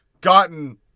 gotten